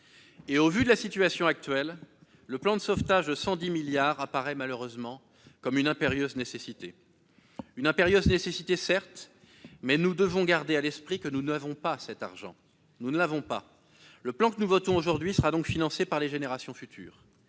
Au vu de la situation actuelle, le plan de sauvetage de 110 milliards d'euros apparaît malheureusement comme une impérieuse nécessité- une impérieuse nécessité, certes, mais nous devons garder à l'esprit que nous n'avons pas cet argent. Le plan que nous votons aujourd'hui sera donc financé par les générations futures.